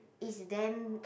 if then